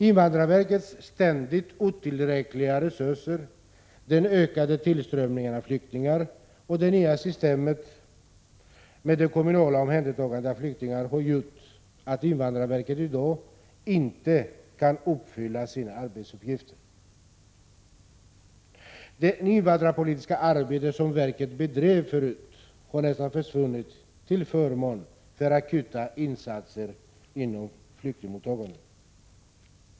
Invandrarverkets ständigt otillräckliga resurser, den ökade tillströmningen av flyktingar och det nya systemet med kommunalt omhändertagande av flyktingar har gjort att invandrarverket i dag inte kan fullgöra sina arbetsuppgifter. Det invandrarpolitiska arbete som verket förut bedrev har nästan försvunnit, till förmån för akuta insatser inom flyktingmottagandet.